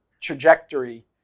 trajectory